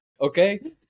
okay